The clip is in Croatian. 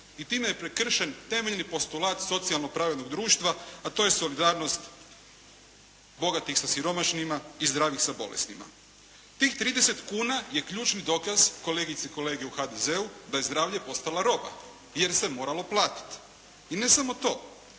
i time je prekršen temeljni postulat socijalno pravednog društva, a to je solidarnost bogatih sa siromašnima i zdravih sa bolesnima. Tih 30 kuna je ključni dokaz kolegice i kolege u HDZ-u, da je zdravlje postalo roba jer se moralo platiti. I ne samo to,